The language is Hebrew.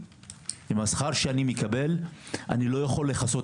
ועם השכר שאני מקבל אני לא יכול לכסות